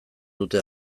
dute